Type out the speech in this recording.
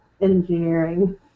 engineering